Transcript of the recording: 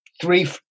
three